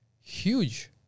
Huge